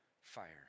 fire